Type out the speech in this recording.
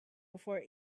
before